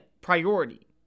priority